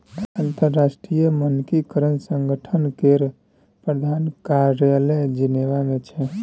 अंतरराष्ट्रीय मानकीकरण संगठन केर प्रधान कार्यालय जेनेवा मे छै